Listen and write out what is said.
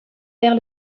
vers